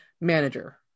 manager